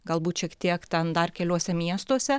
galbūt šiek tiek ten dar keliuose miestuose